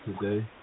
today